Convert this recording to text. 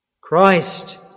Christ